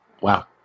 Wow